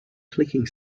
clicking